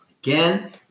again